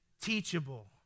teachable